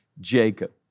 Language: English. Jacob